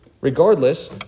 Regardless